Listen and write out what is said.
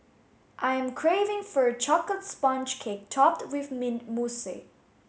I am craving for a chocolate sponge cake topped with mint